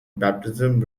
baptism